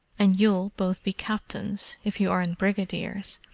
and you'll both be captains, if you aren't brigadiers,